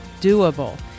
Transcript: doable